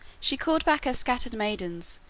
she called back her scattered maidens,